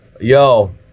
Yo